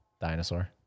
dinosaur